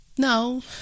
No